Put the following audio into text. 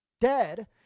dead